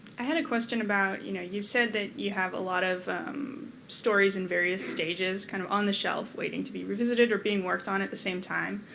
i had a question about, you know you've said that you have a lot of stories in various stages kind of on the shelf waiting to be revisited or being worked on at the same time.